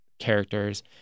characters